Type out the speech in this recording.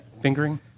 Fingering